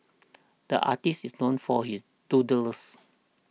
the artist is known for his doodles